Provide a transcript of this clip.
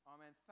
Amen